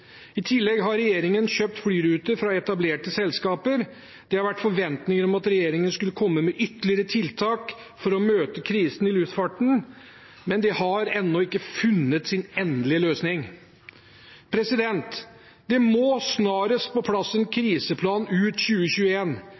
I tillegg har regjeringen kjøpt flyruter fra etablerte selskaper. Det har vært forventninger om at regjeringen skulle komme med ytterligere tiltak for å møte krisen i luftfarten, men det har ennå ikke funnet sin endelige løsning. Det må snarest komme på plass en kriseplan som varer ut